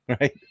right